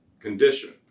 condition